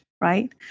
right